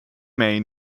may